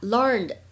Learned